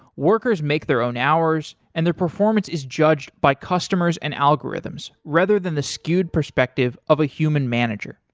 workers make their own hours and their performance is judge by customers and algorithms rather than the skewed perspective of a human manager.